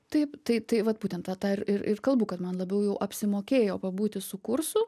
taip tai tai vat būtent tą tą ir ir kalbų kad man labiau jau apsimokėjo pabūti su kursu